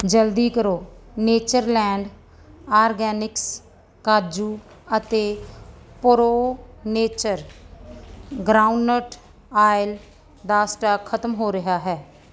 ਜਲਦੀ ਕਰੋ Natureland organics ਕਾਜੂ ਅਤੇ ਪ੍ਰੋ ਨੇਚਰ ਗਰਾਊਂਡਨਟ ਆਇਲ ਦਾ ਸਟਾਕ ਖ਼ਤਮ ਹੋ ਰਿਹਾ ਹੈ